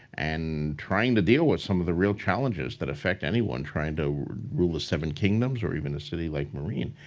and trying to deal with some of the real challenges that affect anyone trying to rule the seven kingdoms or even the city like meereen.